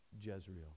Jezreel